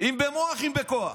אם במוח, אם בכוח.